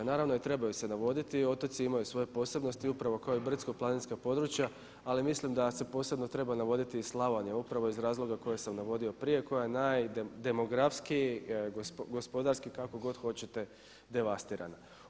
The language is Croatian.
Naravno i trebaju se navoditi i otoci imaju svoje posebnosti upravo kao i brdsko-planinska područja ali mislim da se posebno treba navoditi i Slavonija upravo iz razloga koje sam navodio prije, koja je najdemografskiji, gospodarski kako god hoćete devastirana.